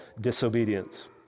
disobedience